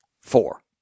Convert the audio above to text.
Four